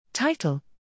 Title